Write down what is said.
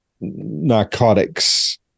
narcotics